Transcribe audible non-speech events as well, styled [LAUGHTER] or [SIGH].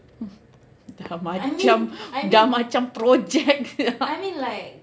hmm dah macam dah macam project [LAUGHS]